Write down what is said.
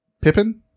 Pippin